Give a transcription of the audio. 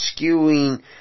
skewing